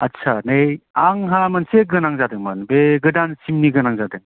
आदसा नै आंहा मोनसे गोनां जादोंमोन बे गोदान सिमनि गोनां जादों